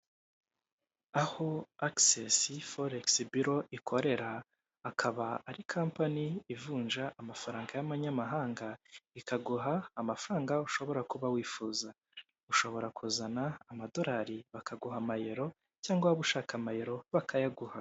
Aho akisesi foregisi biro ikorera, akaba ari kompani ivunja amafaranga y'abanmanyamahanga, ikaguha amafaranga ushobora kuba wifuza. Ushobora kuzana amadolari bakaguha amayero cyangwa waba ushaka amayero bakayaguha.